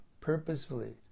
purposefully